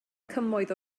cymoedd